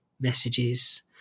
messages